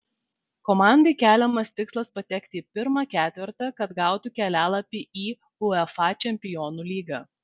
komandai keliamas tikslas patekti į pirmą ketvertą kad gautų kelialapį į uefa čempionų lygą